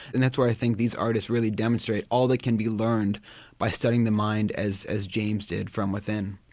and that's where i think these artists really demonstrate all that can be learned by studying the mind as as james did from within.